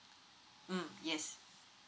mm yes